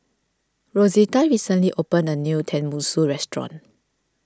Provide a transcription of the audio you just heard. Rosita recently opened a new Tenmusu Restaurant